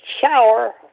shower